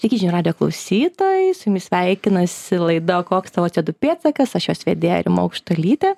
sveiki žinių radijo klausytojai su jumis sveikinasi laida koks tavo co du pėdsakas aš jos vedėja rima aukštuolytė